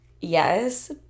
yes